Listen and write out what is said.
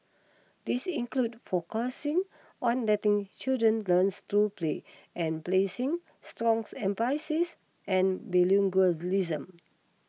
these include focusing on letting children learns through play and placing strong emphasis an bilingualism